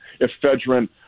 ephedrine